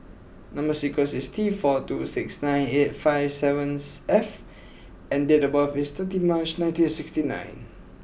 number sequence is T four two six nine eight five sevens F and date of birth is thirty March nineteen and sixty nine